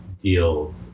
deal